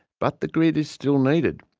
but the grid is still needed.